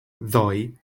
ddoi